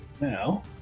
Now